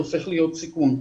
זה הופך להיות סיכון.